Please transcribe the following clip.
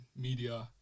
media